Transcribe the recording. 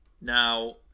Now